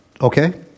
Okay